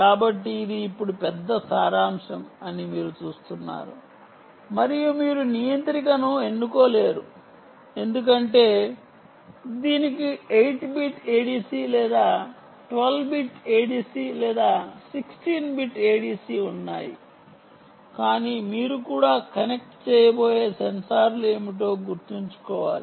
కాబట్టి ఇది ఇప్పుడు పెద్ద సారాంశం అని మీరు చూస్తున్నారు మరియు మీరు నియంత్రికను ఎన్నుకోలేరు ఎందుకంటే దీనికి 8 బిట్ ఎడిసి లేదా 12 బిట్ ఎడిసి లేదా 16 బిట్ ఎడిసి ఉన్నాయి కానీ మీరు కూడా కనెక్ట్ చేయబోయే సెన్సార్లు ఏమిటో గుర్తుంచుకోవాలి